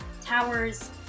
towers